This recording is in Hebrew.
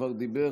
כבר דיבר,